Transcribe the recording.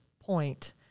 point